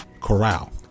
Corral